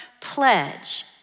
pledge